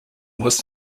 was